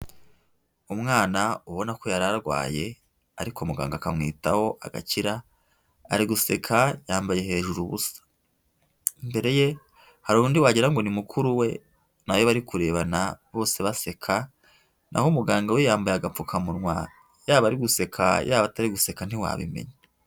Umwana ubona ko yari arwaye, ariko muganga akamwitaho agakira, ari guseka, yambaye hejuru ubusa. Imbere ye hari undi wa ni mukuru we, nawe bari kurebana bose baseka, naho muganga we yambaye agapfukamunwa, yaba ari guseka, yaba atari guseka ntiwabimenya.